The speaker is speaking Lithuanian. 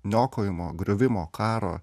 niokojimo griovimo karo